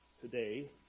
today